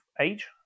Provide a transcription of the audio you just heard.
age